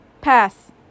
Pass